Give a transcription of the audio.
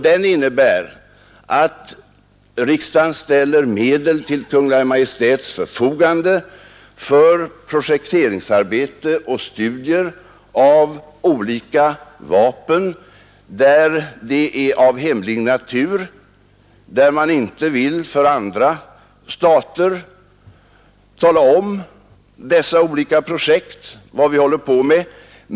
Den innebär att riksdagen ställer medel till Kungl. Maj:ts förfogande för projekteringsarbete och studier av olika vapen av hemlig natur, där man inte vill för andra stater tala om vilka olika projekt vi håller på med.